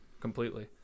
completely